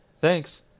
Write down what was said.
Thanks